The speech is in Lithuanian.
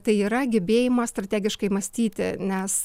tai yra gebėjimą strategiškai mąstyti nes